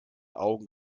augen